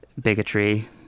bigotry